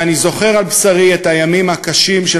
ואני זוכר על בשרי את הימים הקשים של